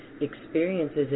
experiences